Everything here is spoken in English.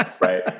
right